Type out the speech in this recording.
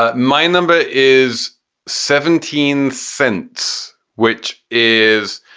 ah my number is seventeen cents, which is